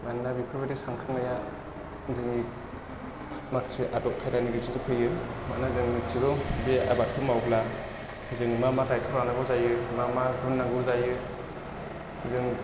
मानोना बेफोरबायदि सानखांनाया दिनै माखासे आदब खायदानि गेजेरजों फैयो मानोना जों मिथिगौ बे आबादखौ मावब्ला जों मा मा दायथ' लानांगौ जायो मा मा गुन नांगौ जायो जों